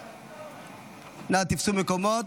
נא תפסו מקומות.